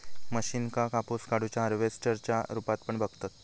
मशीनका कापूस काढुच्या हार्वेस्टर च्या रुपात पण बघतत